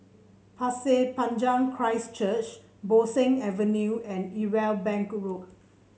Pasir Panjang Christ Church Bo Seng Avenue and Irwell Bank Road